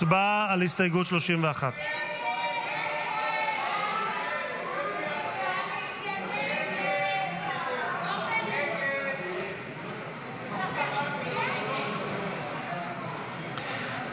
הצבעה על הסתייגות 31. הסתייגות 31 לא נתקבלה.